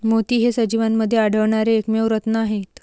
मोती हे सजीवांमध्ये आढळणारे एकमेव रत्न आहेत